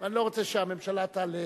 אני לא רוצה שהממשלה תעלה,